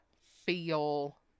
feel